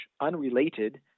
unrelated